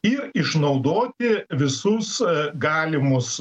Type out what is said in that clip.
ir išnaudoti visus galimus